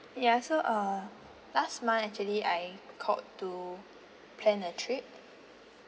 ya so uh last month actually I called to plan a trip